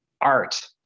art